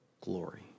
glory